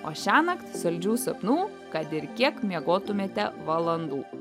o šiąnakt saldžių sapnų kad ir kiek miegotumėte valandų